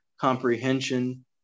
comprehension